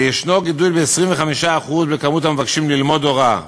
ויש גידול של 25% במספר המבקשים ללמוד הוראה,